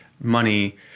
money